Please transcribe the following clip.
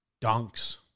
Dunks